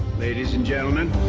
ladies and gentlemen,